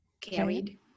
carried